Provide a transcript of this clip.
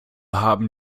haben